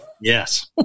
Yes